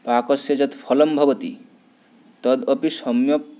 पाकस्य यत् फलं भवति तद् अपि सम्यक्